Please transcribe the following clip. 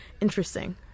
interesting